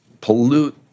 pollute